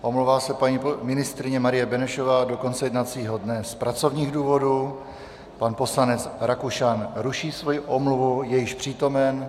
Omlouvá se paní ministryně Marie Benešová do konce jednacího dne z pracovních důvodů, poslanec Rakušan ruší svoji omluvu, je již přítomen.